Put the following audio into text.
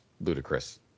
ludicrous